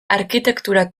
arkitektura